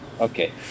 okay